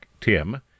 Tim